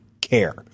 care